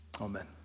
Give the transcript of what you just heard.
Amen